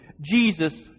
Jesus